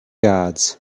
gods